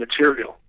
material